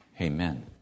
Amen